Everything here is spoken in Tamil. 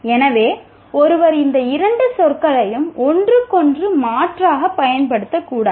எனவே ஒருவர் இந்த இரண்டு சொற்களையும் ஒன்றுக்கொன்று மாற்றாகப் பயன்படுத்தக்கூடாது